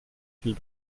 viel